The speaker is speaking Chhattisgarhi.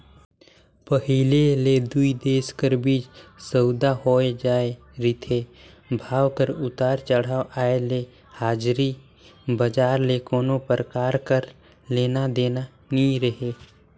पहिली ले दुई देश कर बीच सउदा होए जाए रिथे, भाव कर उतार चढ़ाव आय ले हाजरी बजार ले कोनो परकार कर लेना देना नी रहें